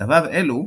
כתביו אלו,